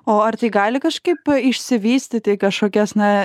o ar tai gali kažkaip išsivystyti į kažkokias na